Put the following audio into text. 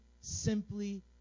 simply